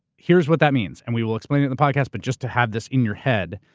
here's what that means and we will explain it in the podcast, but just to have this in your head.